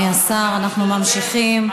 אני מסכים אתך,